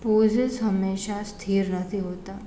possess હંમેશા સ્થિર નથી હોતાં